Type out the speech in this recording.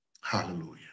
Hallelujah